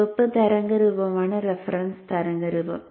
ചുവപ്പ് തരംഗ രൂപമാണ് റഫറൻസ് തരംഗ രൂപം